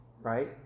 right